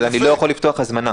אבל אני לא יכול לפתוח הזמנה.